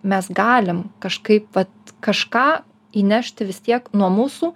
mes galim kažkaip vat kažką įnešti vis tiek nuo mūsų